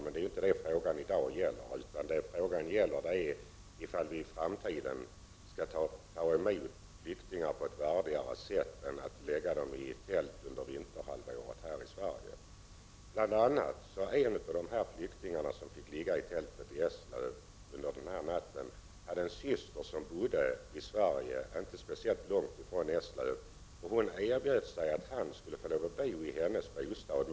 Men det är inte det som frågan i dag gäller, utan vad frågan gäller är huruvida vi i framtiden skall ta emot flyktingar här i Sverige på ett värdigare sätt och inte bara hysa in dem i tält, och detta t.o.m. under vinterhalvåret. En av de flyktingar, för att ta ett exempel, som fick ligga i tältet i Eslöv den aktuella natten har en syster som bor i Sverige, inte speciellt långt från Eslöv. Hon erbjöd sin bror att bo i hennes bostad.